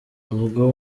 ubwo